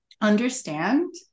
understand